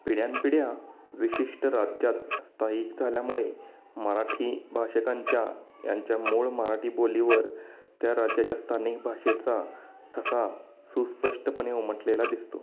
पिढ्यान् पिढया विशिष्ट राज्यात स्थायिक झाल्यामुळे मराठी भाषिकांच्या यांच्या मूळ म्हराटी बोलीवर त्या राज्याच्या स्थानिक भाषेचा ठसा सुस्पष्टपणे उमटलेला दिसतो